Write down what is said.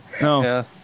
No